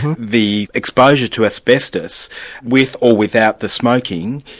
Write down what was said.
and the exposure to asbestos with or without the smoking,